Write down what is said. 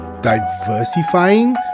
diversifying